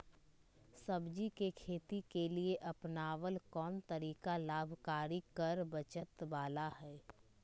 सब्जी के खेती के लिए अपनाबल कोन तरीका लाभकारी कर बचत बाला है?